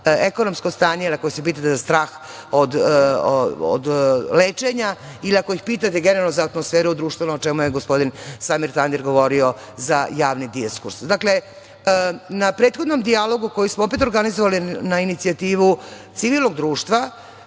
ekonomsko stanje, ako se pitate za strah od lečenja ili ako ih pitate generalno za atmosferu društvenu, o čemu je gospodin Samir Tandir govorio za javni diskurs. Dakle, na prethodnom dijalogu koji smo opet organizovali na inicijativu civilnog društva,